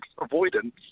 avoidance